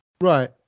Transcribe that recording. Right